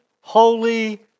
holy